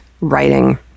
writing